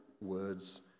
words